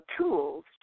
tools